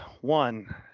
One